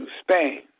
Spain